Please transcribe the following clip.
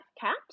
caps